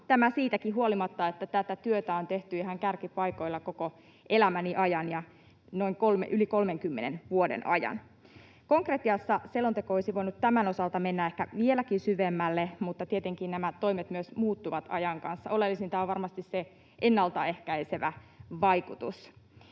tämä siitäkin huolimatta, että tätä työtä on tehty ihan kärkipaikoilla koko elämäni ajan ja yli 30 vuoden ajan. Konkretiassa selonteko olisi voinut tämän osalta mennä ehkä vieläkin syvemmälle, mutta tietenkin nämä toimet myös muuttuvat ajan kanssa. Oleellisinta on varmasti se ennaltaehkäisevä vaikutus.